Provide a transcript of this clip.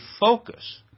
focus